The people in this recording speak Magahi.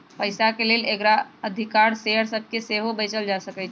पइसाके लेल अग्राधिकार शेयर सभके सेहो बेचल जा सकहइ